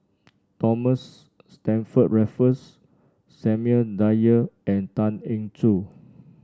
Thomas Stamford Raffles Samuel Dyer and Tan Eng Joo